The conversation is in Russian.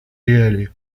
реалии